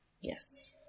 Yes